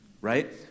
right